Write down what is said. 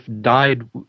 died